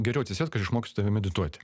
geriau atsisėsk aš išmokysiu tave medituoti